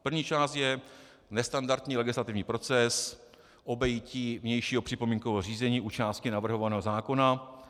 První část je nestandardní legislativní proces obejití vnějšího připomínkového řízení u části navrhovaného zákona.